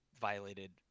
violated